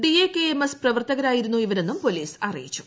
D A K M എസ്റ്റ് പ്രവർത്തകരായിരുന്നു ഇവരെന്നും പൊലീസ് അറിയിച്ചു